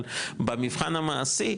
אבל במבחן המעשי,